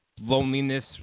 Loneliness